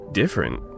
different